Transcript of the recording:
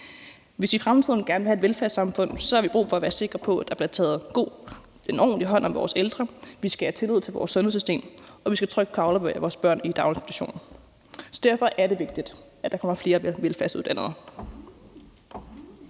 Hvis vi i fremtiden gerne vil have et velfærdssamfund, har vi brug for at være sikre på, at der bliver taget ordentlig hånd om vores ældre. Vi skal have tillid til vores sundhedssystem, og vi skal trygt kunne aflevere vores børn i daginstitution. Derfor er det vigtigt, at der kommer flere velfærdsuddannede.